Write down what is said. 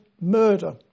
murder